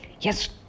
Yes